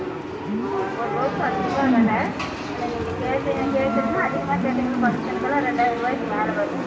ஆ ஒரு ரோஸு அஞ்சு ரூபாய் வெலை அதில் நீங்கள் கேக்கு கேட்குறேன்னா அதிகமாக கேட்டிங்கனா ஃபங்ஷனுக்கெல்லாம் ரெண்டாயர ரூபாய்க்கு மேலே வரும்